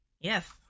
Yes